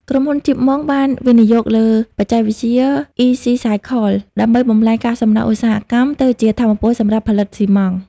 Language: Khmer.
ក្រុមហ៊ុន ជីប ម៉ុង (Chip Mong ) បានវិនិយោគលើបច្ចេកវិទ្យា អុីស៊ីសាយខល "Ecicycle" ដើម្បីបំប្លែងកាកសំណល់ឧស្សាហកម្មទៅជាថាមពលសម្រាប់ផលិតស៊ីម៉ងត៍។